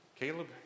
Caleb